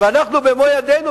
ואנחנו במו ידינו,